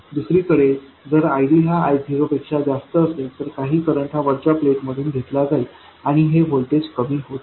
दुसरीकडे जर ID हा I0 पेक्षा जास्त असेल तर काही करंट हा वरच्या प्लेटमधून घेतला जाईल आणि हे व्होल्टेज कमी होत जाईल